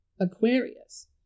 Aquarius